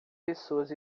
pessoas